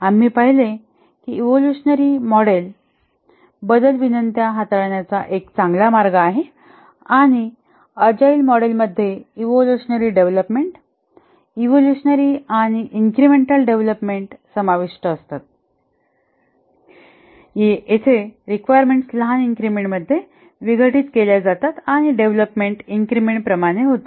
आम्ही पाहिले आहे की इवोल्युशनरी मॉडेल बदल विनंत्या हाताळण्याचा एक चांगला मार्ग आहे आणि अजाईल मॉडेल मध्ये इवोल्युशनरी डेव्हलपमेंटइवोल्युशनरी आणि इन्क्रिमेंटल डेव्हलपमेंट समाविष्ट असतात येथे रिक्वायरमेंट्स लहान इन्क्रिमेंट मध्ये विघटित केल्या जातात आणि डेव्हलपमेंट इन्क्रिमेंटप्रमाणे होते